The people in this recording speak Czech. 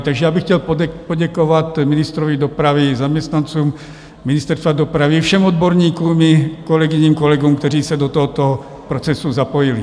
Takže já bych chtěl poděkovat ministrovi dopravy i zaměstnancům Ministerstva dopravy i všem odborníkům i kolegyním, kolegům, kteří se do tohoto procesu zapojili.